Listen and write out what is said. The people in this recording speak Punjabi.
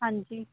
ਹਾਂਜੀ